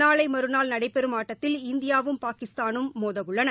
நாளை மறுநாள் நடைபெறும் ஆட்டத்தில் இந்தியாவும் பாகிஸ்தானும் மோதவுள்ளன